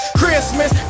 christmas